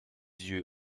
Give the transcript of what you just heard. yeux